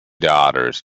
daughters